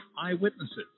eyewitnesses